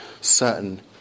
certain